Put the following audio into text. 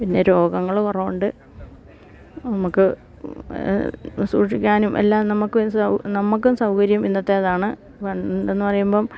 പിന്നെ രോഗങ്ങള് കുറവുണ്ട് നമുക്ക് സൂക്ഷിക്കാനും എല്ലാം നമുക്ക് സൗ നമുക്കും സൗകര്യം ഇന്നത്തേതാണ് പണ്ടെന്ന് പറയുമ്പം